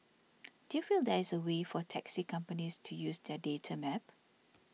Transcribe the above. do you feel there is a way for taxi companies to use that data map